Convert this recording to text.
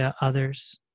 others